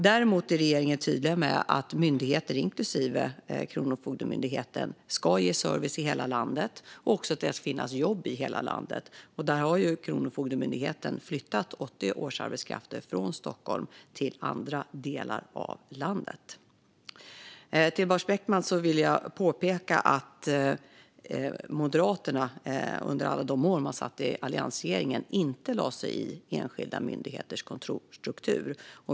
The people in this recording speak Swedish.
Däremot är regeringen tydlig med att myndigheter, inklusive Kronofogdemyndigheten, ska ge service i hela landet och också att det ska finnas jobb i hela landet. Kronofogdemyndigheten har också flyttat 80 årsarbetskrafter från Stockholm till andra delar av landet. För Lars Beckman vill jag påpeka att Moderaterna under alla de år då man satt i alliansregeringen inte lade sig i enskilda myndigheters kontorsstruktur.